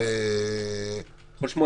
אני יכול לתת לך הרצאה שתשמע אם אתה רוצה.